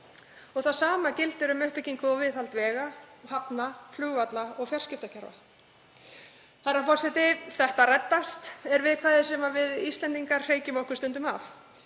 Það sama gildir um uppbyggingu og viðhald vega, hafna, flugvalla og fjarskiptakerfa. Herra forseti. „Þetta reddast“, er viðkvæðið sem við Íslendingar hreykjum okkur stundum af.